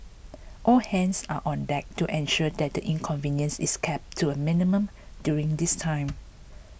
all hands are on deck to ensure that the inconvenience is kept to a minimum during this time